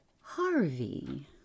Harvey